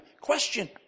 Question